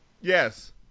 Yes